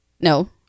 no